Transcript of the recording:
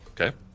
Okay